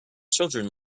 children